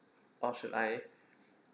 or should I